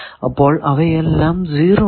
അപ്പോൾ അവയെല്ലാം 0 ആണ്